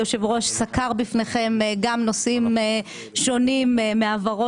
היושב-ראש סקר בפניכם גם נושאים שונים מעברו